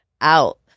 out